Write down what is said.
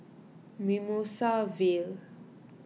Mimosa Vale